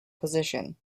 position